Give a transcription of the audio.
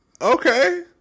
okay